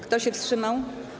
Kto się wstrzymał?